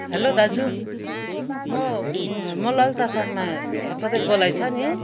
hello दाजु म म ललता शर्मा फतफते गोलाइ छ नि